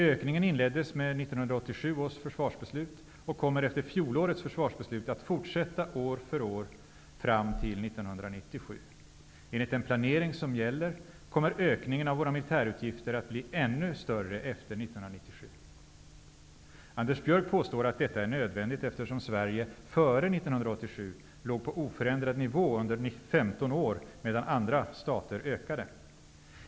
Ökningen inleddes med 1987 års försvarsbeslut och kommer efter fjolårets försvarsbeslut att fortsätta år för år fram till 1997. Enligt den planering som gäller kommer ökningen av våra militärutgifter att bli ännu större efter 1997. Anders Björck påstår att detta är nödvändigt, eftersom Sverige före 1987 låg på oförändrad nivå under 15 år medan andra stater ökade.